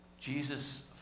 Jesus